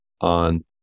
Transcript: on